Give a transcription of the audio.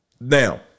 Now